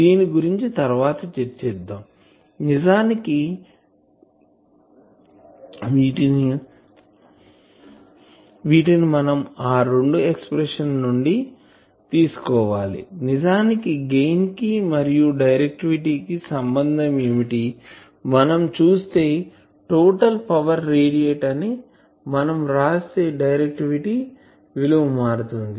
దీని గురించి తర్వాత చర్చిద్దాం నిజానికి వీటిని మనం ఆ రెండు ఎక్సప్రెషన్ నుండి తీసుకోవాలి నిజానికి గెయిన్ కి మరియు డైరెక్టివిటీ కి సంబంధం ఏమిటి మనం చూస్తే టోటల్ పవర్ రేడియేట్ అని మనం వ్రాస్తే డైరెక్టివిటీ విలువ మారుతుంది